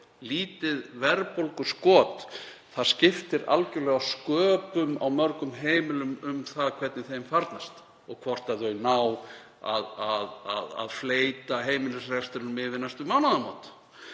Lítið verðbólguskot skiptir algerlega sköpum á mörgum heimilum um það hvernig þeim farnast og hvort þau ná að fleyta heimilisrekstrinum yfir næstu mánaðamót,